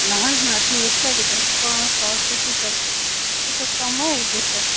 نہ حظ نہ تیوٗت کَتہِ گَژھِ پانٛژھ ساس چھِ ٹِکَٹ تیوٗتاہ کَم ما ہٮ۪کہ گٔژھِتھ